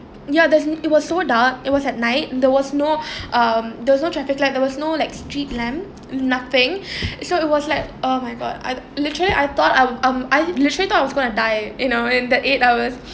ya then it was so dark it was at night there was no um there's no traffic light there was no like street lamp nothing so it was like oh my god I literally I thought um I I literally thought I was going to die you know in the eight hours